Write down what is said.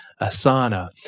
Asana